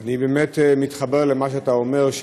אני באמת מתחבר למה שאתה אומר,